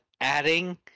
adding